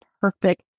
perfect